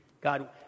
God